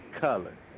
color